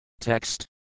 Text